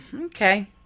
Okay